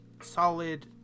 solid